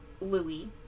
Louis